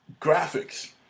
graphics